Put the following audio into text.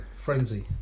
Frenzy